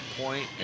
point